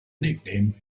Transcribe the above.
nickname